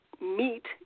meet